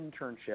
internship